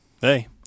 Hey